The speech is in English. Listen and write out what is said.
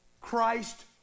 Christ